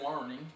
learning